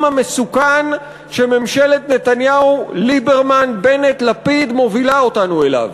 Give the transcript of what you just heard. המסוכן שממשלת נתניהו-ליברמן-בנט-לפיד מובילה אותנו אליו.